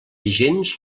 gens